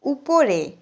উপরে